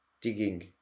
digging